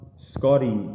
Scotty